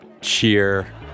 cheer